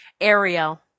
Ariel